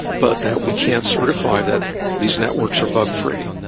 but that we can't certify that these networks are bug free.